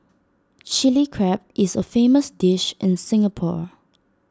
Chilli Crab is A famous dish in Singapore